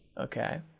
okay